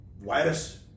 virus